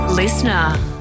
listener